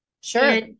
Sure